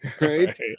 right